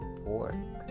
pork